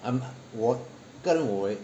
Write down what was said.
um 我个我为